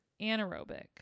anaerobic